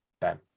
Ben